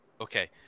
okay